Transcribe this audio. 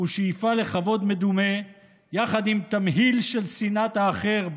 שאיפה לכבוד מדומה יחד עם תמהיל של שנאת האחר,